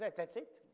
that's it.